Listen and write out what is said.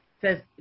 says